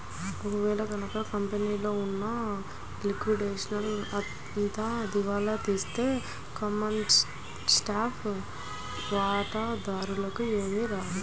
ఒక వేళ గనక కంపెనీలో ఉన్న లిక్విడేషన్ అంతా దివాలా తీస్తే కామన్ స్టాక్ వాటాదారులకి ఏమీ రాదు